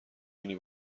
بینی